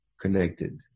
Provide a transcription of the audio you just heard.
connected